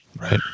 right